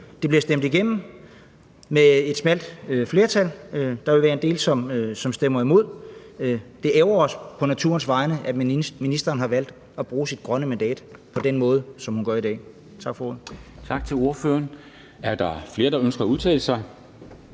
Det bliver stemt igennem med et smalt flertal, og der vil være en del, som stemmer imod, og det ærgrer os på naturens vegne, at ministeren har valgt at bruge sit grønne mandat på den måde, som hun gør i dag. Tak for ordet.